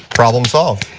problem solved.